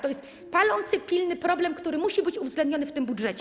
To jest palący, pilny problem, który musi być uwzględniony w tym budżecie.